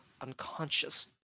unconscious